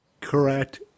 Correct